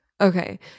Okay